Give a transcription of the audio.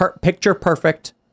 picture-perfect